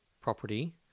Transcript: property